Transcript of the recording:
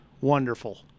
wonderful